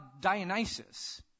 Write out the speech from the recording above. Dionysus